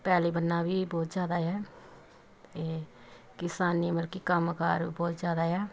ਪੈਲੀ ਬੰਨਾ ਵੀ ਬਹੁਤ ਜ਼ਿਆਦਾ ਹੈ ਅਤੇ ਕਿਸਾਨੀ ਮਲਕੀ ਕੰਮਕਾਰ ਬਹੁਤ ਜ਼ਿਆਦਾ ਆ